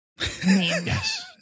Yes